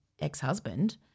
ex-husband